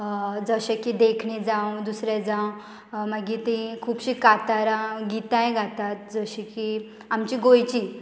जशें की देखणी जावं दुसरें जावं मागीर तीं खुबशीं कातारां गितांय गातात जशीं की आमचीं गोंयचीं